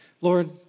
Lord